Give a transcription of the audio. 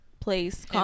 place